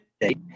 date